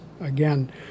Again